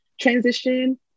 transition